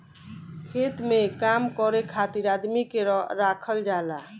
खेत में काम करे खातिर आदमी के राखल जाला